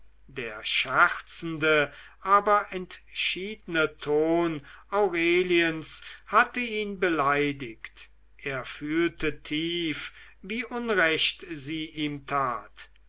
der scherzende aber entschiedene ton aureliens hatte ihn beleidigt er fühlte tief wie unrecht sie ihm tat